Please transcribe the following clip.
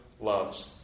loves